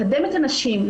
לקדם את הנשים,